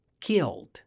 killed